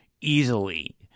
easily